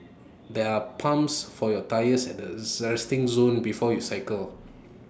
there are pumps for your tyres at the resting zone before you cycle